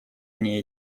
они